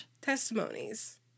testimonies